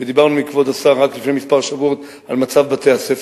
ודיברנו עם כבוד השר רק לפני שבועות מספר על מצב בתי-הספר.